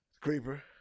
Creeper